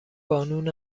بانون